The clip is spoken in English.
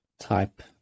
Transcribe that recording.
type